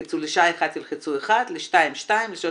לשעה אחת תלחצו 1, לשתיים 2, לשלוש